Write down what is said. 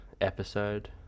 episode